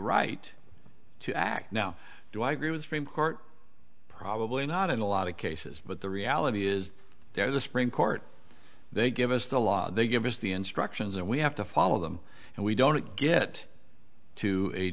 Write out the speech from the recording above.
right to act now do i agree with frame court probably not in a lot of cases but the reality is they're the supreme court they give us the law they give us the instructions and we have to follow them and we don't get to a